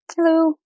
Hello